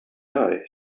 guy